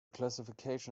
classification